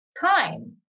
time